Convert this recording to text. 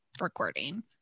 recording